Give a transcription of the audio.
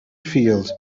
field